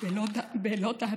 בלוד העתיקה.